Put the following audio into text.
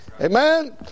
Amen